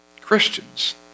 Christians